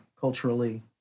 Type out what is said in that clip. culturally